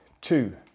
two